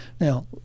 Now